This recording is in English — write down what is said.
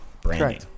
Branding